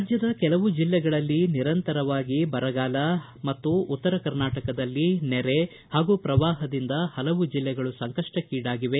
ರಾಜ್ಯದ ಕೆಲವು ಜಿಲ್ಲೆಗಳಲ್ಲಿ ನಿರಂತರವಾಗಿ ಬರಗಾಲ ಮತ್ತು ಉತ್ತರ ಕರ್ನಾಟಕದಲ್ಲಿ ನೆರೆ ಹಾಗೂ ಪ್ರವಾಹದಿಂದ ಹಲವು ಜಿಲ್ಲೆಗಳು ಸಂಕಪ್ಪಕ್ಷೇಡಾಗಿವೆ